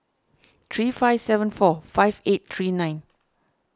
three five seven four five eight three nine